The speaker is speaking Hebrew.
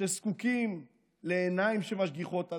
שזקוקים לעיניים שמשגיחות עליהם,